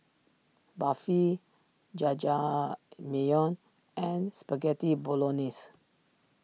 Barfi Jajangmyeon and Spaghetti Bolognese